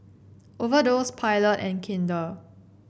Overdose Pilot and Kinder